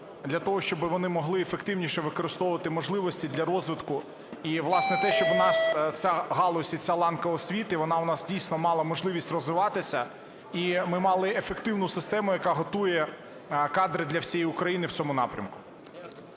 для того, щоби вони могли ефективніше використовувати можливості для розвитку, і, власне, те, щоб в нас ця галузь і ця ланка освіти, вона в нас, дійсно, мала можливість розвиватися і ми мали ефективну систему, яка готує кадри для всієї України в цьому напрямку?